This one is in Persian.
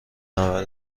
نود